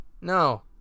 No